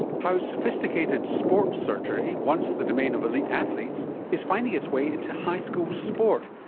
how sophisticated sports surgery, once the domain of elite athletes, is finding its way into high school sport,